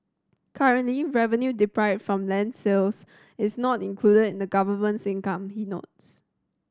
currently revenue deprive from land sales is not included in the government's income he notes